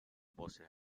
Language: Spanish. vocales